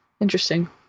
interesting